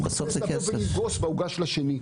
הוא מנסה ל --- ולנגוס בעוגה של השני.